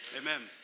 amen